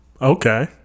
okay